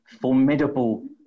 formidable